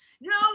No